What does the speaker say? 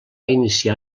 iniciar